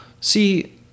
see